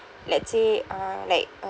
let's say uh like uh